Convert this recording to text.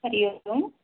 हरिः ओम्